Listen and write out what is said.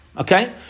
Okay